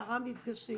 10 מפגשים,